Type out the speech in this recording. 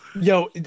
Yo